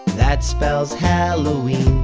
that spells halloween.